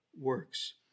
works